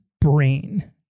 brain